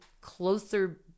closer